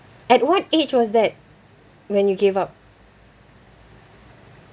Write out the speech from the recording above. at what age was that when you gave up